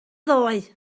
ddoe